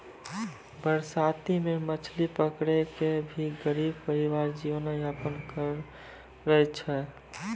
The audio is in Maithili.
बरसाती मॅ मछली पकड़ी कॅ भी गरीब परिवार जीवन यापन करै छै